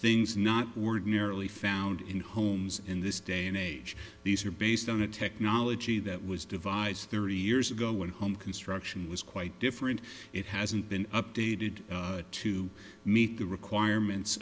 things not ordinarily found in homes in this day and age these are based on a technology that was devised thirty years ago when home construction was quite different it hasn't been updated to meet the requirements